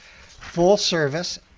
full-service